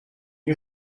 you